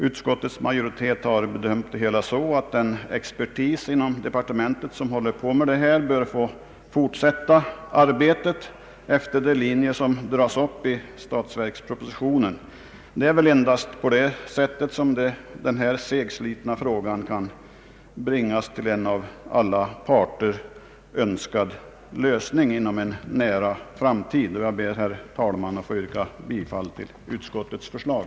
Utskottets majoritet har bedömt det hela så att den expertis inom departementet som håller på med detta bör få fortsätta sitt arbete efter de linjer som dras upp i statsverkspropositionen. Det är väl endast på det sättet som denna segslitna fråga kan bringas till en av alla parter önskad lösning inom en nära framtid. Jag ber, herr talman, att få yrka bifall till utskottets förslag.